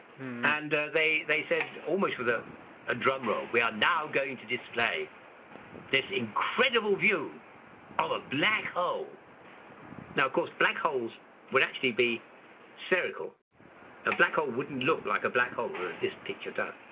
and they they said almost with a a drum roll we are now going to display this incredible view of a black hole now. of course black holes would actually be spherical a black hole wouldn't look like a black hole this picture does.